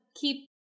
keep